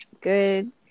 good